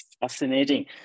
Fascinating